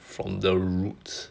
from the roots